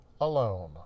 alone